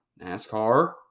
NASCAR